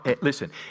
listen